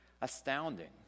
astounding